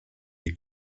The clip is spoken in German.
die